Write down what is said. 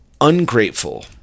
ungrateful